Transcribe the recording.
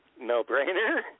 no-brainer